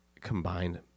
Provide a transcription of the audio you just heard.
combined